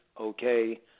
okay